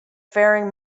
faring